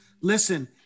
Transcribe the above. Listen